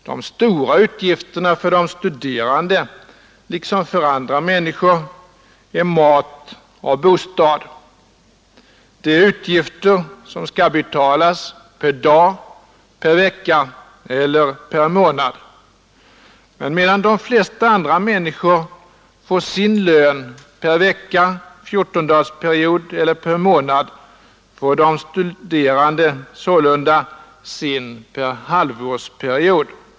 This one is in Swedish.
De stora utgifterna för de studerande — liksom för andra människor — är kostnaderna för mat och bostad. Det är utgifter som skall betalas per dag, per vecka eller per månad. Men medan de flesta andra människor får sin lön per vecka, per fjortondagarsperiod eller per månad får de studerande sålunda sin per halvårsperiod.